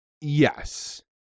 Yes